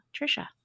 Trisha